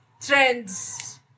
trends